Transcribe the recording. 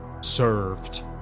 served